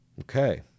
Okay